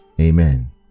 amen